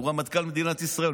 הוא רמטכ"ל במדינת ישראל,